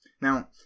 Now